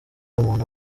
umuntu